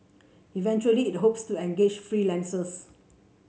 eventually it hopes to engage freelancers